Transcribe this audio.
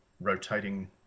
rotating